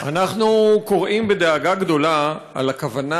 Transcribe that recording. אנחנו קוראים בדאגה גדולה על הכוונה